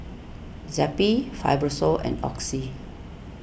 Zappy Fibrosol and Oxy